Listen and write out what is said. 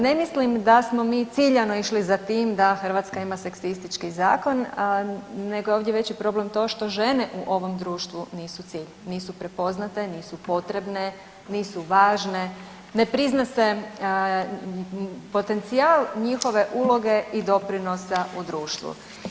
Ne mislim da smo mi ciljano išli za tim da Hrvatska ima seksistički zakon, nego je ovdje veći problem to što žene u ovom društvu nisu cilj, nisu prepoznate, nisu potrebne, nisu važne, ne prizna se potencijal njihove uloge i doprinosa u društvu.